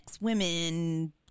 women